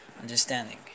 understanding